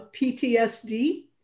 PTSD